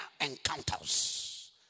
encounters